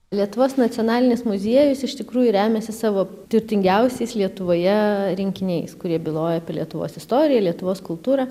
lietuvos nacionalinis muziejus iš tikrųjų remiasi savo turtingiausiais lietuvoje rinkiniais kurie byloja apie lietuvos istoriją lietuvos kultūrą